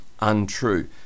untrue